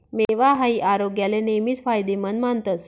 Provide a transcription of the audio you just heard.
मेवा हाई आरोग्याले नेहमीच फायदेमंद मानतस